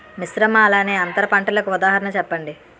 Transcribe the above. మిశ్రమ అలానే అంతర పంటలకు ఉదాహరణ చెప్పండి?